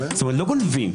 לא גונבים.